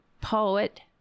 poet